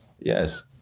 Yes